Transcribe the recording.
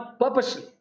purposely